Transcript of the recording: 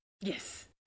Yes